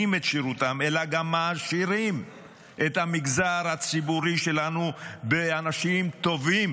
את שירותם אלא גם מעשירים את המגזר הציבורי שלנו באנשים טובים,